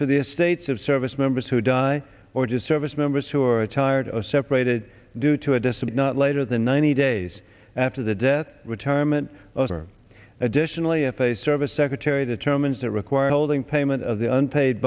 to the estates of service members who die or just service members who are tired or separated due to a distant not later than ninety days after the debt retirement or additionally if a service secretary determines that require holding payment of the unpaid